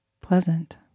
pleasant